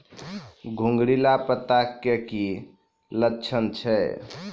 घुंगरीला पत्ता के की लक्छण छै?